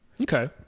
Okay